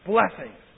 Blessings